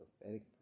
Prophetic